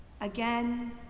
again